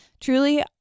Truly